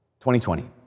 2020